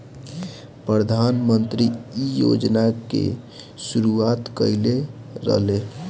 प्रधानमंत्री इ योजना के शुरुआत कईले रलें